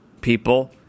people